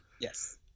Yes